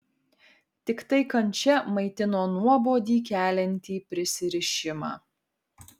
tiktai kančia maitino nuobodį keliantį prisirišimą